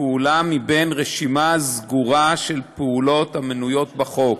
פעולה מבין רשימה סגורה של פעולות המנויות בחוק,